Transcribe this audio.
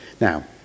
Now